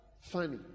funny